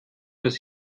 dass